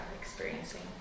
experiencing